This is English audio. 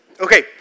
Okay